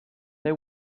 they